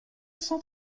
cent